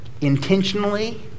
intentionally